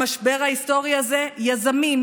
במשבר ההיסטורי הזה יזמים,